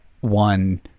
one